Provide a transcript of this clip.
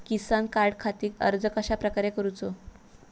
किसान कार्डखाती अर्ज कश्याप्रकारे करूचो?